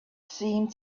seemed